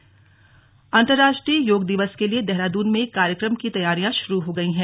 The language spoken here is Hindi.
योग दिवस तैयारियां अंतरराष्ट्रीय योग दिवस के लिए देहरादून में कार्यक्रम की तैयारियां शुरू हो गई हैं